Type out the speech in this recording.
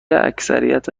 اکثریت